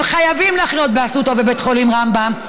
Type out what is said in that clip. הם חייבים לחנות באסותא או בבית חולים רמב"ם,